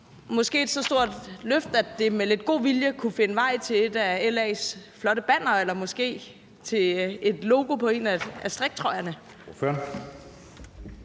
måske også så stort et løft, at det med lidt god vilje kunne finde vej til et af LA's flotte bannere eller måske til et logo på en af striktrøjerne.